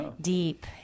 deep